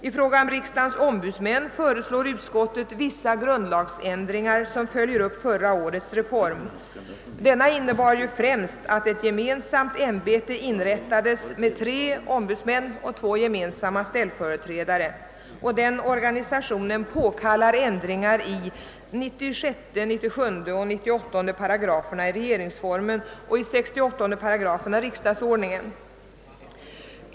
I fråga om riksdagens ombudsmän föreslår utskottet vissa grundlagsändringar som följer upp förra årets reform. Denna innebar främst att eti gemensamt ämbete inrättades med tre ombudsmän och två gemensamma ställföreträdare. Den organisationen påkallar ändringar i §§ 96, 97 och 98 regeringsformen och i § 68 riksdagsordningen.